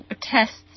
tests